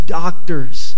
doctors